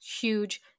huge